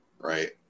Right